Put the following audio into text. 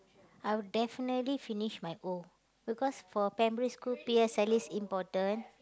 I will definitely finish my O because for primary school P_S_L_E is important